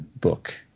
book